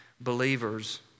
believers